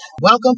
Welcome